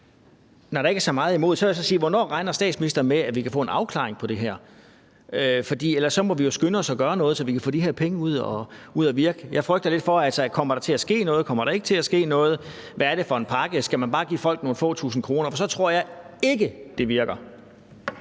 hvornår statsministeren så regner med, at vi kan få en afklaring på det her. For ellers må vi skynde os at gøre noget, så vi kan få de her penge ud at virke. Jeg frygter lidt for det: Kommer der til at ske noget? Kommer der ikke til at ske noget? Hvad er det for en pakke? Skal man bare give folk nogle få tusind kroner, for så tror jeg ikke, det virker.